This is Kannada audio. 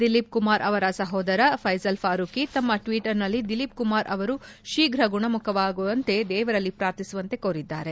ದಿಲೀಪ್ ಕುಮಾರ್ ಅವರ ಸಹೋದರ ಥೈಸಲ್ ಫಾರೂಕಿ ತಮ್ಮ ಟ್ವಿಟರ್ನಲ್ಲಿ ದಿಲೀಪ್ ಕುಮಾರ್ ಅವರು ಶೀಘ್ರ ಗುಣಮುಖರಾಗುವಂತೆ ದೇವರಲ್ಲಿ ಪ್ರಾರ್ಥಿಸುವಂತೆ ಕೋರಿದ್ದಾರೆ